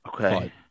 Okay